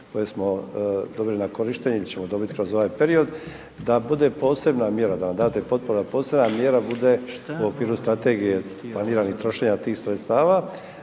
koje smo dobili na korištenje ili ćemo dobiti kroz ovaj period, da bude posebna mjera, da nam date potporu da posebna mjera bude u okviru strategije planiranih trošenja tih sredstava